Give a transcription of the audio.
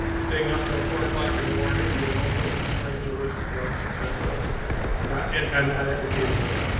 staying up till four o'clock in the morning, doing all sorts of strange, illicit drugs, etcetera i'm not and um not advocating that.